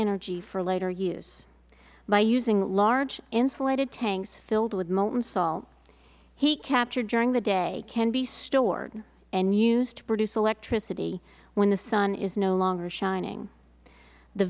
energy for later use by using large insulated tanks filled with molten salt heat captured during the day can be stored and used to produce electricity when the sun is no longer shining the